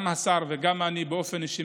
גם השר וגם אני מחויבים לו באופן אישי,